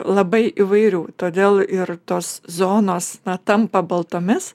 labai įvairių todėl ir tos zonos na tampa baltomis